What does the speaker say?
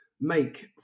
make